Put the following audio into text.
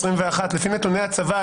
לפי נתוני הצבא,